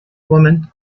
woman